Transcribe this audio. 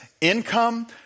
income